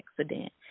accident